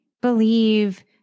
believe